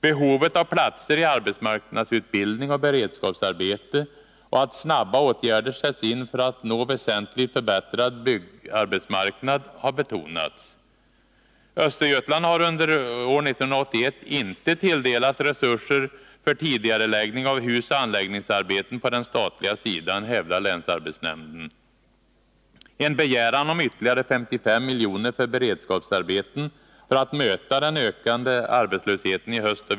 Behovet av platser i arbetsmarknadsutbildning och beredskapsarbete och av att snabba åtgärder sätts in för att nå väsentligt förbättrad byggarbetsmarknad har betonats. Östergötland har under 1981 inte tilldelats resurser för tidigareläggning av husoch anläggningsarbeten på den statliga sidan, hävdar länsarbetsnämnden.